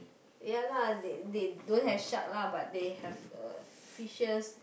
ya lah they they don't have shark lah but they have uh fishes